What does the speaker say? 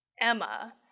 Emma